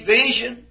vision